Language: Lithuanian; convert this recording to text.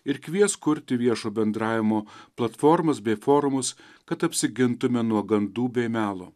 ir kvies kurti viešo bendravimo platformas bei forumus kad apsigintume nuo gandų bei melo